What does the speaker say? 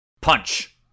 Punch